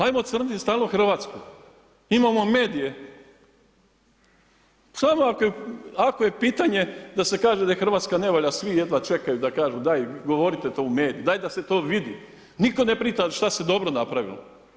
Ajmo crnit stalno Hrvatsku, imamo medije, samo ako je pitanje da se kaže da Hrvatska ne valja svi jedva čekaju da kažu, daj govorite to u medije, daj da se to vidi, niko ne pita šta se dobro napravilo.